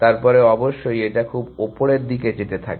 তারপর অবশ্যই এটা খুব উপরের দিকে যেতে থাকে